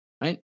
right